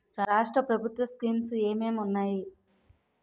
రాష్ట్రం ప్రభుత్వ స్కీమ్స్ ఎం ఎం ఉన్నాయి?